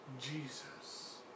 Jesus